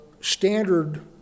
standard